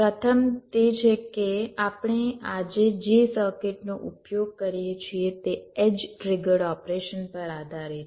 પ્રથમ તે છે કે આપણે આજે જે સર્કિટનો ઉપયોગ કરીએ છીએ તે એડ્જ ટ્રિગ્ડ ઓપરેશન પર આધારિત છે